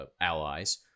allies